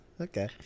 Okay